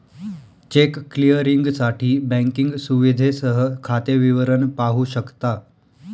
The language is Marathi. चेक क्लिअरिंगसाठी बँकिंग सुविधेसह खाते विवरण पाहू शकता